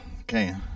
Okay